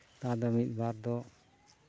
ᱛᱟᱦᱚᱞᱮ ᱢᱤᱫ ᱵᱟᱨ ᱫᱚ